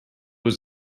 was